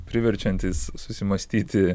priverčiantys susimąstyti